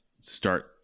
start